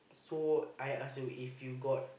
so I ask you if you got